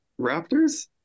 Raptors